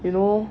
you know